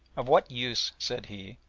of what use, said he,